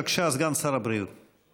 בבקשה, סגן שר הבריאות.